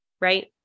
right